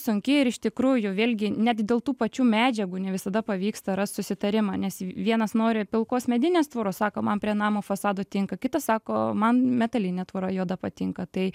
sunki ir iš tikrųjų vėlgi net dėl tų pačių medžiagų ne visada pavyksta rast susitarimą nes vienas nori pilkos medinės tvoros sako man prie namo fasado tinka kitas sako man metalinė tvora juoda patinka tai